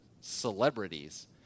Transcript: celebrities